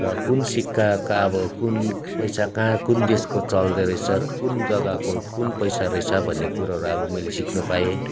र कुन सिक्काका अब कुन पैसा कहाँ कुन देशको चल्दोरहेछ कुन जग्गाको कुन पैसा रहेछ भन्ने कुरोहरू अब मैले सिक्न पाएँ